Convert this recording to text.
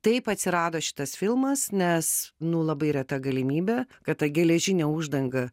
taip atsirado šitas filmas nes nu labai reta galimybė kad ta geležinė uždanga